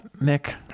Nick